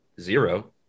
zero